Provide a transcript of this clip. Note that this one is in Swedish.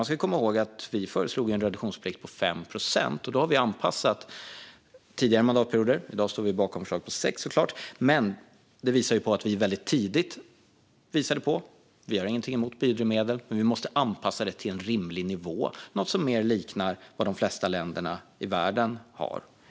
Man ska komma ihåg att Sverigedemokraterna föreslog en reduktionsplikt på 5 procent under tidigare mandatperioder. I dag står vi såklart bakom förslaget på 6 procent. Detta innebär att vi väldigt tidigt visade att vi inte har någonting emot biodrivmedel. Men man måste anpassa dem till en rimlig nivå - något som mer liknar den som de flesta länder i världen har.